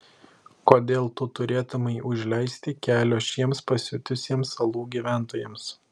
kodėl tu turėtumei užleisti kelio šiems pasiutusiems salų gyventojams